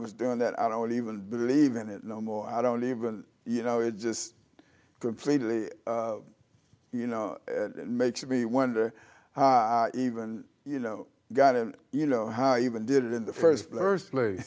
was doing that i don't even believe in it no more i don't even you know it just completely you know it makes me wonder even you know got him you know how even did in the first verse pla